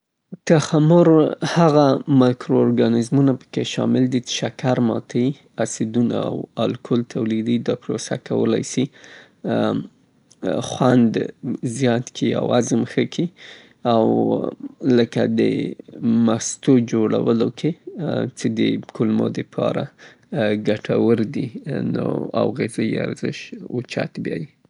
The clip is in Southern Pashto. د تخمر پروسه. تخمر د بکتریا یا خمیرو یا مالډ په کارولو سره خواړه او مشروبات بدلیی، پکې تغیر راوړي؛ ترڅو شکر پکې په ګازو یا الکولو باندې بدل کي، ځې پدې پروسه کې ذایقه یې ښه کیږي او نوي یو جوړښت رامنځته کیې لکه مستې او همداراز هضم کې اکثراً مرسته.